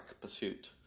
pursuit